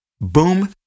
Boom